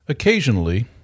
Occasionally